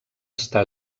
està